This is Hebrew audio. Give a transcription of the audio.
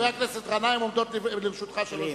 חבר הכנסת גנאים, עומדות לרשותך שלוש דקות.